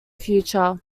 future